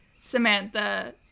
Samantha